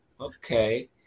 okay